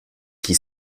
qui